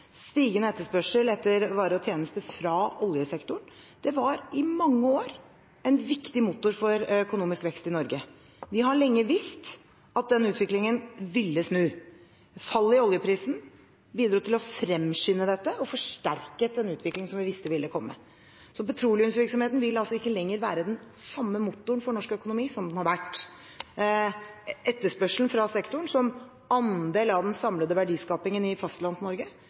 Stigende etterspørsel etter varer og tjenester fra oljesektoren var i mange år en viktig motor for økonomisk vekst i Norge. Vi har lenge visst at denne utviklingen ville snu. Fallet i oljeprisen bidro til å fremskynde dette og forsterket en utvikling vi visste ville komme. Petroleumsvirksomheten vil altså ikke lenger være den samme motoren for norsk økonomi som den har vært. Etterspørselen fra sektoren som andel av den samlede verdiskapingen i